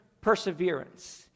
Perseverance